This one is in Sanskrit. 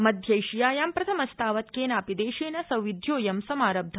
मध्यैशियायां प्रथमस्तावत् केनापि देशेन सौविध्योऽयं समारब्ध